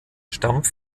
stammt